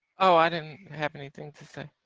oh i don't have anything to say.